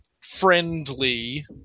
friendly